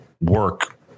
work